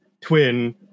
Twin